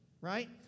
Right